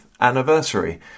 anniversary